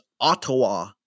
Ottawa